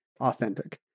authentic